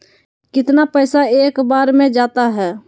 कितना पैसा एक बार में जाता है?